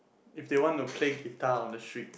if they want to play guitar on the street